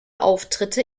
auftritte